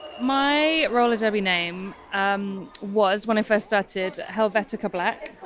my roller derby name um was, when i first started, hellvetica black.